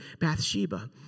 Bathsheba